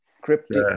Cryptic